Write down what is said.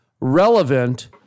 relevant